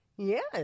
Yes